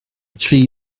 tri